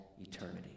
eternity